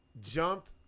jumped